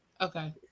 Okay